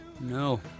No